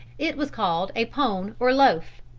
it was called a pone or loaf.